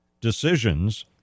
decisions